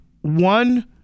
one